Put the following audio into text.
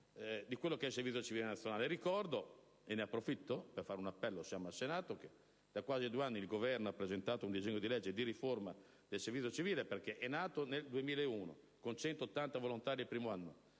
crediamo, del servizio civile nazionale. Ricordo - e ne approfitto per fare un appello, perché siamo al Senato - che da quasi due anni il Governo ha presentato un disegno di legge di riforma del servizio civile. Tale servizio è nato nel 2001 con 180 volontari il primo anno,